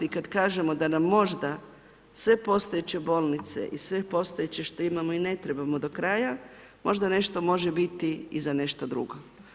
I kad kažemo da nam možda sve postojeće bolnice i sve postojeće što imamo i ne trebamo do kraja, možda nešto može biti i za nešto drugo.